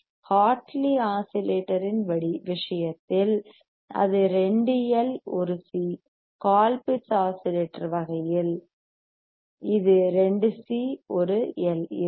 Hartley ஆஸிலேட்டரின் விஷயத்தில் அது 2 எல் 1 சி கோல்பிட்ஸ் ஆஸிலேட்டர் வகையில் இது 2 சி மற்றும் 1 எல் இருக்கும்